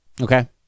okay